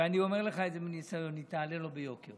ואני אומר לך את זה מניסיון, היא תעלה לו ביוקר.